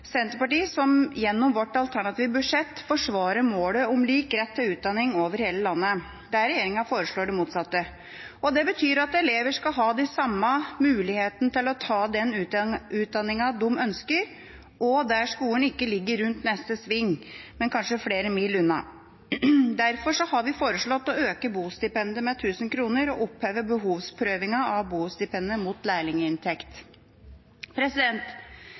Senterpartiet som gjennom sitt alternative budsjett forsvarer målet om lik rett til utdanning over hele landet, der regjeringa foreslår det motsatte. Det betyr at elever skal ha den samme muligheten til å ta den utdanningen de ønsker, også der skolen ikke ligger rundt neste sving, men kanskje flere mil unna. Derfor har vi foreslått å øke bostipendet med 1 000 kr og oppheve behovsprøvingen av bostipendet mot lærlinginntekt.